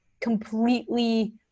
completely